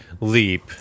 leap